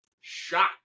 shot